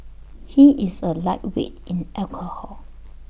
he is A lightweight in alcohol